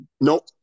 Nope